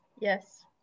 Yes